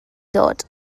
dod